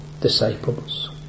disciples